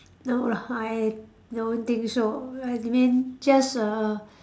no lah I don't think so I mean just a